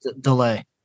delay